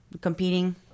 competing